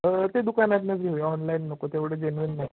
तर ते दुकानातन घेऊया ऑनलाईन नको तेवढं जेन्युइन नाही